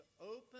open